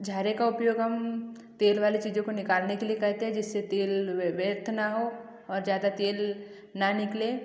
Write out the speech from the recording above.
झारे का उपयोग हम तेल वाले चीज़ों को निकालने के लिए करते हैं जिससे तेल व्यर्थ ना हो और ज़्यादा तेल न निकले